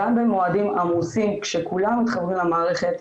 גם במועדים עמוסים כשכולם חברו למערכת,